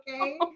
okay